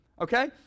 Okay